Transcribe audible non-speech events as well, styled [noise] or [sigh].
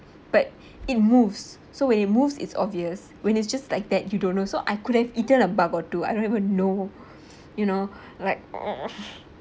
but it moves so when it moves it's obvious when it's just like that you don't know so I could have eaten a bug or two I don't even know [breath] you know like [noise]